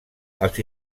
els